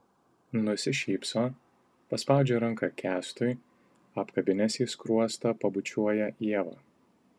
nusišypso paspaudžia ranką kęstui apkabinęs į skruostą pabučiuoja ievą